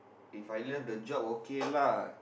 If I love the job okay lah